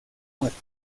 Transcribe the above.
muerto